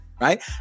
right